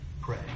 pray